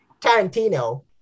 Tarantino